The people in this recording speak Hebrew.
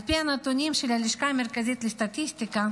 על פי הנתונים של הלשכה המרכזית לסטטיסטיקה,